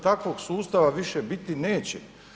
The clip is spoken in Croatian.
Takvog sustava više biti neće.